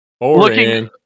Looking